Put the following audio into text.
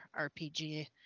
RPG